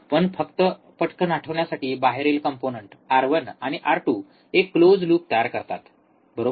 पण फक्त पटकन आठवण्यासाठी बाहेरील कंपोनंन्ट R1 आणि R2 एक क्लोज लूप तयार करतात बरोबर